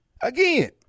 Again